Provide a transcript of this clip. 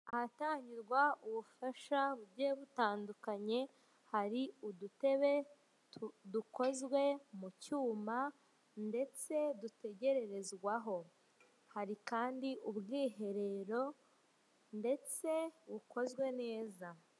Ahatangirwa ubufasha bugiye butandukanye, hari udutebe dukozwe mu cyuma ndetse dutegererezwaho, hari kandi ubwiherero ndetse bukozwe neza.